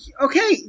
Okay